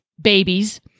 babies